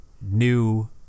new